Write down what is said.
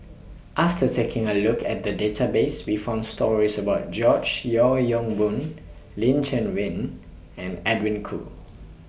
after taking A Look At The Database We found stories about George Yeo Yong Boon Lin Chen Win and Edwin Koo